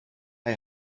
hij